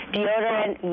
Deodorant